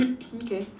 mm K